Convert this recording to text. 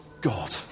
God